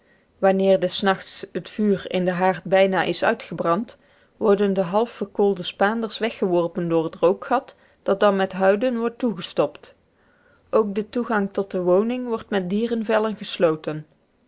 wanneer des nachts het vuur in den haard bijna is uitgebrand worden de half verkoolde spaanders weggeworpen door het rookgat dat dan met huiden wordt toegestopt ook de toegang tot de woning wordt met dierenvellen gesloten